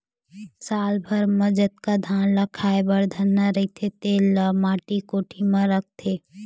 साल भर म जतका धान ल खाए बर धरना रहिथे तेन ल माटी कोठी म राखथे